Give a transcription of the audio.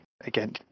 again